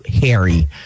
Harry